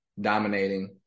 dominating